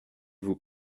vous